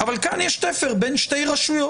אבל כאן יש תפר בין שתי רשויות.